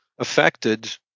affected